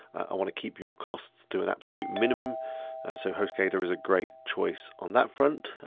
i wanna keep your costs to an absolute minimum so hostgator is a great choice on that front.